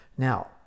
Now